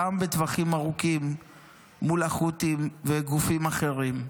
גם בטווחים ארוכים מול החות'ים וגופים אחרים.